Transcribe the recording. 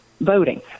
voting